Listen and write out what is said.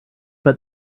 but